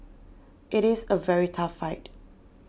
it is a very tough fight